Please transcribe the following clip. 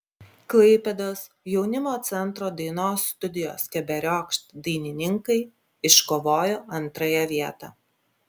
klaipėdos jaunimo centro dainos studijos keberiokšt dainininkai iškovojo antrąją vietą